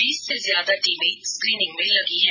बीस से ज्यादा टीमें स्क्रीनिंग में लगी है